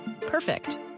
perfect